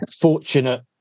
fortunate